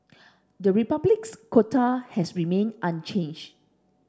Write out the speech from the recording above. the Republic's quota has remained unchanged